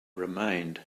remained